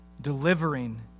delivering